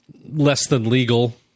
less-than-legal